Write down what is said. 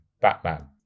Batman